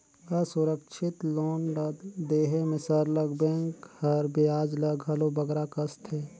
असुरक्छित लोन ल देहे में सरलग बेंक हर बियाज ल घलो बगरा कसथे